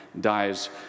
dies